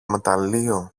μεταλλείο